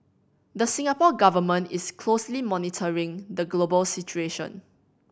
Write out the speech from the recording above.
the Singapore Government is closely monitoring the global situation